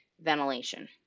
ventilation